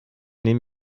nehm